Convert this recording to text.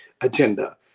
agenda